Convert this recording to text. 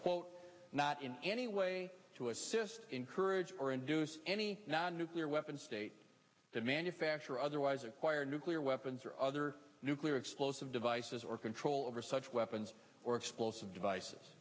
quote not in any way to assist encourage or induce any non nuclear weapon state the manufacture or otherwise acquire nuclear weapons or other nuclear explosive devices or control over such weapons or explosive devices